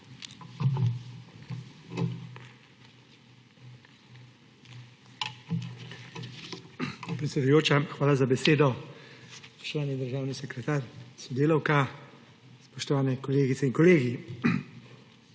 hvala za besedo. Spoštovani državni sekretar, sodelavka, spoštovane kolegice in kolegi!